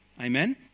Amen